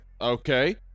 Okay